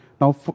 Now